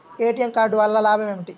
ATM card వల్ల లాభం ఏమిటి?